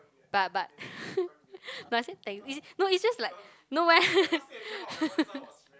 but but )ppl) no I say thanks is it no is just like no eh